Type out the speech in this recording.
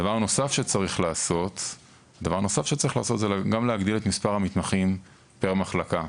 דבר נוסף שצריך לעשות זה גם להגדיל את מספר המתמחים בכל מחלקה.